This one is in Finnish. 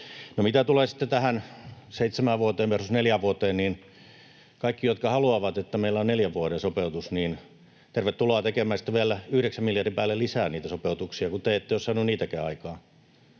mitä tulee sitten tähän seitsemään vuoteen versus neljään vuoteen, niin kaikki, jotka haluavat, että meillä on neljän vuoden sopeutus: tervetuloa tekemään sitten vielä yhdeksän miljardin päälle lisää niitä sopeutuksia, kun te ette ole saanut niitäkään aikaan.